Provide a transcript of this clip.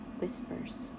Whispers